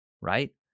right